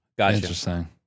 Interesting